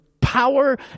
power